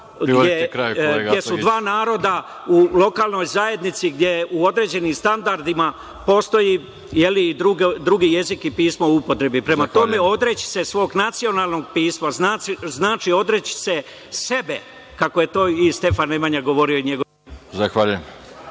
gde su dva naroda u lokalnoj zajednici, gde je u određenim standardima postoji drugi jezik i pismo u upotrebi. Prema tome, odreći se svog nacionalnog pisma, znači odreći se sebi, kako je to Stefan Nemanja govorio i njegovi naslednici.